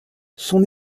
son